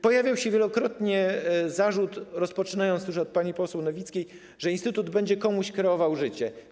Pojawiał się wielokrotnie zarzut, rozpoczynając już od pani poseł Nowickiej, że instytut będzie komuś kreował życie.